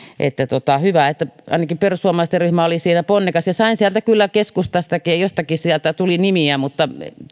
hyvä että ainakin perussuomalaisten ryhmä oli siinä ponnekas sain sieltä kyllä keskustastakin nimiä ja jostakin sieltä tuli nimiä mutta